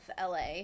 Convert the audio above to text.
LA